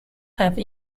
have